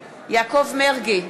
מרגי,